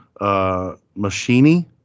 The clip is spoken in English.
Machini